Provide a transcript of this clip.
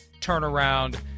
turnaround